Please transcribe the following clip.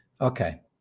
okay